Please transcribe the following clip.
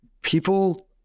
people